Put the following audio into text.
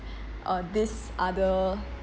uh this other